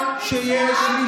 אתם